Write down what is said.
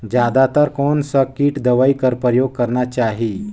जादा तर कोन स किट दवाई कर प्रयोग करना चाही?